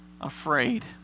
afraid